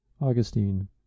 Augustine